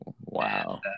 wow